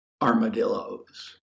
armadillos